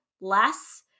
less